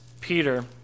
Peter